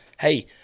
Hey